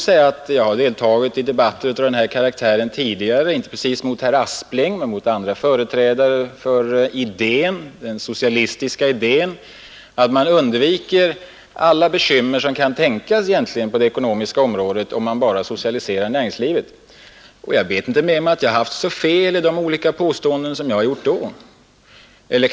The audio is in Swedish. Jag har deltagit i debatter av denna karaktär tidigare — inte precis med herr Aspling men med andra företrädare för den socialistiska idén att man tror sig kunna undvika alla bekymmer som kan tänkas på det ekonomiska området, om man bara socialiserar näringslivet. Jag är inte medveten om att jag haft så fel i de olika påståenden som jag då har gjort.